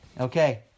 Okay